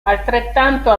altrettanto